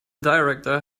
director